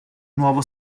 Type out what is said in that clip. nuovo